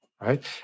Right